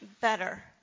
better